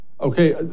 Okay